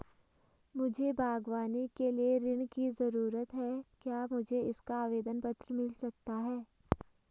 मुझे बागवानी के लिए ऋण की ज़रूरत है क्या मुझे इसका आवेदन पत्र मिल सकता है?